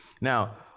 Now